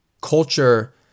Culture